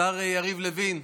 השר יריב לוין,